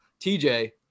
tj